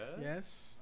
Yes